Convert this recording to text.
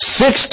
six